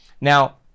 Now